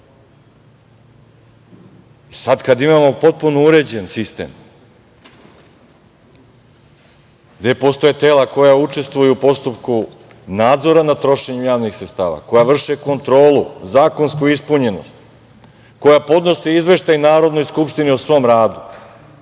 kad imamo potpuno uređen sistem, gde postoje tela koja učestvuju u postupku nadzora nad trošenjem javnih sredstava, koja vrše kontrolu, zakonsku ispunjenost, koja podnose izveštaj Narodnoj skupštini o svom radu